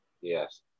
Yes